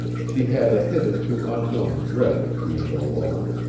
she had a hitherto unknown dread of being alone.